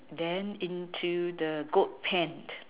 then into the goat pant